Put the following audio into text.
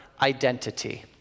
identity